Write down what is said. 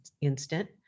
instant